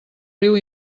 riu